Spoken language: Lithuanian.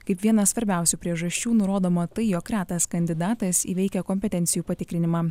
kaip vieną svarbiausių priežasčių nurodoma tai jog retas kandidatas įveikia kompetencijų patikrinimą